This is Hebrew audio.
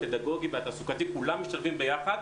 הפדגוגי והתעסוקתי כולם משתלבים יחד.